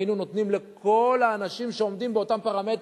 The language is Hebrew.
היינו נותנים לכל האנשים שעומדים באותם פרמטרים.